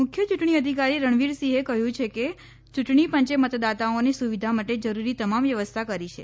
મુખ્ય ચુંટણી અધિકારી રણવીર સિંહે કહથું કે યુંટણી પંચે મતદાતાઓની સુવિધા માટે જરૂરી તમામ વ્યવસ્થા કરી છે